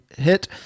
hit